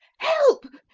help!